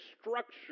structure